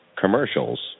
commercials